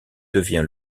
devient